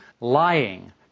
lying